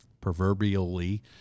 proverbially